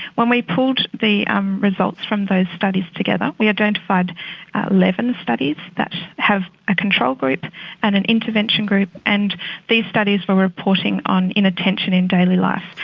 when we pulled the um results from those studies together we identified eleven studies that have a control group and an intervention group, and these studies but were reporting on inattention in daily life.